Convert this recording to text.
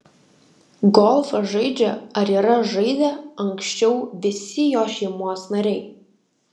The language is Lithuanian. golfą žaidžią ar yra žaidę anksčiau visi jo šeimos nariai